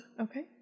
Okay